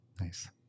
nice